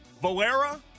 Valera